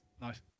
Nice